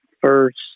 first